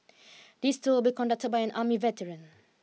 this tour will be conducted by an army veteran